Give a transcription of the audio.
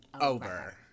over